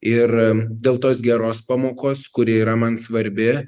ir dėl tos geros pamokos kuri yra man svarbi